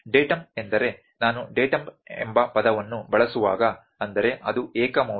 datum ಎಂದರೆ ನಾನು datum ಎಂಬ ಪದವನ್ನು ಬಳಸುವಾಗ ಅಂದರೆ ಅದು ಏಕ ಮೌಲ್ಯ